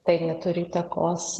tai neturi įtakos